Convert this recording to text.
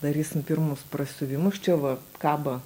darysim pirmus prasiuvimus čia va kaba